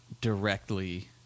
directly